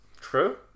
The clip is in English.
True